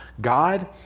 God